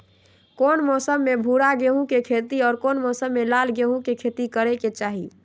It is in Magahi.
कौन मौसम में भूरा गेहूं के खेती और कौन मौसम मे लाल गेंहू के खेती करे के चाहि?